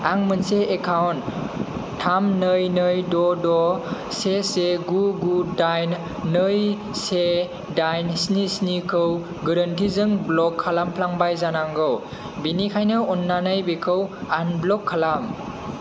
आं मोनसे एकाउन्ट थाम नै नै द' द' से से गु गु दाइन नै से दाइन स्नि स्नि खौ गोरोन्थिजों ब्ल'क खालामफ्लांबाय जानांगौ बेनिखायनो अन्नानै बेखौ आनब्ल'क खालाम